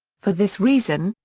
for this reason,